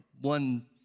one